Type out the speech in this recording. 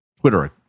Twitter